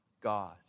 God